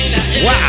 Wow